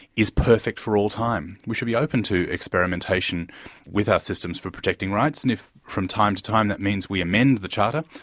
is perfect for all time. we should be open to experimentation with our system for protecting rights, and if from time to time that means we amend the charter,